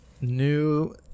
new